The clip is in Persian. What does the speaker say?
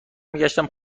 میگشتم